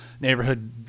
neighborhood